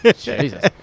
Jesus